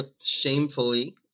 Shamefully